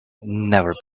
never